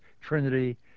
Trinity